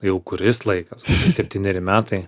jau kuris laikas septyneri metai